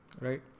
right